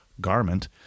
garment